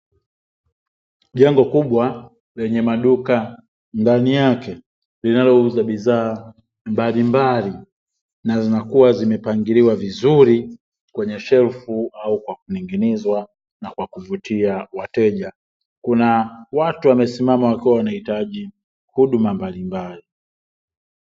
Jengo kubwa lenye maduka ndani yake lenye bidhaa mbalimbali na zinakuwa zimepangiliwa vizuri kwenye shelfu au kwa kuning'inizwa na kwa kuvutia wateja, kuna na watu wamesimama wakiwa wanahitaji huduma mbalimbali.